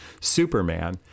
Superman